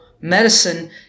Medicine